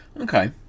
okay